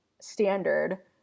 standard